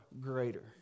greater